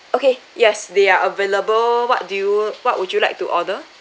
okay yes they are available what do you will what would you like to order